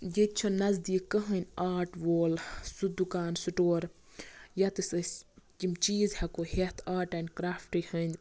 ییٚتہِ چھُ نَزدیٖک کٕہٕنۍ آرٹ وول سُہ دُکان سٔٹور ییٚتیس أسۍ یِم چیٖز ہٮ۪کَو ہٮ۪تھ آرٹ ایںڈ کرافٹ ہٕندۍ